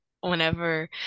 whenever